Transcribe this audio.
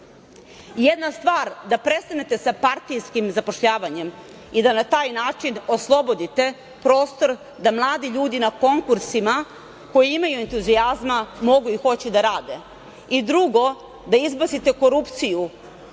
Jedna stvar je da prestanete sa partijskim zapošljavanjem i da na taj način oslobodite prostor da mladi ljudi na konkursima, koji imaju entuzijazma, mogu i hoće da rade. I drugo, da izbacite korupciju